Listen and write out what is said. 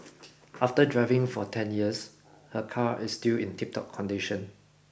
after driving for ten years her car is still in tiptop condition